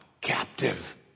captive